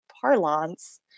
parlance